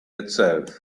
itself